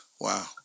Wow